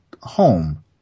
home